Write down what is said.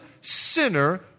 sinner